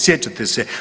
Sjećate se?